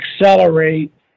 accelerate